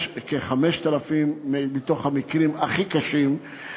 כ-5,000 מהמקרים ממש הכי קשים,